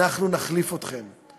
אנחנו נחליף אתכם.